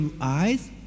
eyes